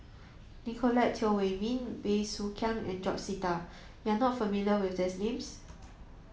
Nicolette Teo Wei min Bey Soo Khiang and George Sita you are not familiar with these names